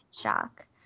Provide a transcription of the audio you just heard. shock